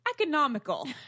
economical